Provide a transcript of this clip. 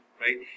right